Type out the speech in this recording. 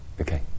Okay